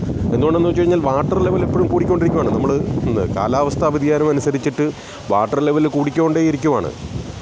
എന്തുകൊണ്ടെന്നുവെച്ചു കഴിഞ്ഞാൽ വാട്ടർ ലെവലിപ്പോഴും കൂടിക്കൊണ്ടിരിക്കുകയാണ് നമ്മൾ കാലാവസ്ഥാ വ്യതിയാനം അനുസരിച്ചിട്ട് വാട്ടർ ലെവൽ കൂടിക്കൊണ്ടേയിരിക്കുകയാണ്